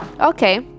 Okay